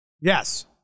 Yes